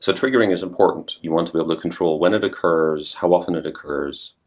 so triggering is important. you want to be able to control when it occurs, how often it occurs,